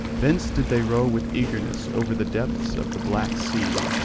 thence did they row with eagerness over the depths of the black sea,